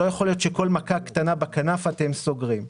לא יכול להיות שכל מכה קטנה בכנף אתם סוגרים.